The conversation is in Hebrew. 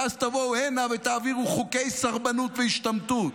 ואז תבואו הנה ותעבירו חוקי סרבנות והשתמטות.